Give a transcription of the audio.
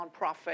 nonprofit